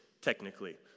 technically